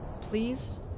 please